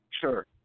Sure